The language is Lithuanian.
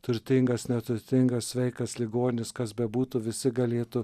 turtingas neturtingas sveikas ligonis kas bebūtų visi galėtų